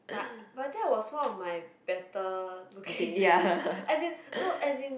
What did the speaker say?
but but that was one of my better looking day as in no as in